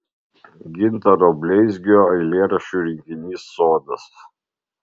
gintaro bleizgio eilėraščių rinkinys sodas